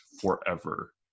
forever